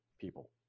people